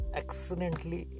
accidentally